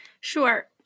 Sure